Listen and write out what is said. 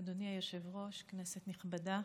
היושב-ראש, כנסת נכבדה,